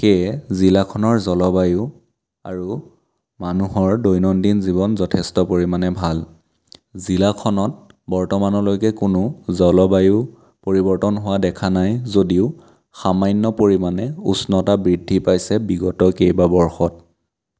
সেয়ে জিলাখনৰ জলবায়ু আৰু মানুহৰ দৈনন্দিন জীৱন যথেষ্ট পৰিমাণে ভাল জিলাখনত বৰ্তমানলৈকে কোনো জলবায়ু পৰিৱৰ্তন হোৱা দেখা নাই যদিও সামান্য পৰিমাণে উষ্ণতা বৃদ্ধি পাইছে বিগত কেইবা বৰ্ষত